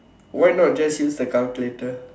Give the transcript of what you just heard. why not just use a calculator